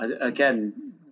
Again